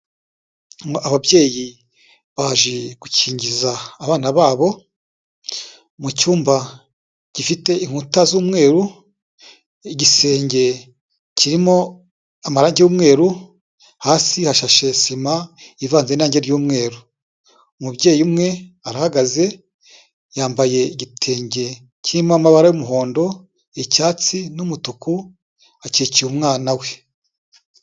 Ababyeyi baje gukingiza abana babo, mu cyumba gifite inkuta z'umweru, igisenge kirimo amarangi y'umweru, hasi hashashe sima ivanze n'irange ry'umweru. Umubyeyi umwe arahagaze, yambaye igitenge kirimo amabara y'umuhondo, icyatsi n'umutuku. Akikiye umwana we.